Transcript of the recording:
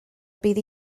bydd